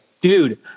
Dude